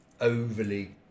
overly